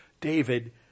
David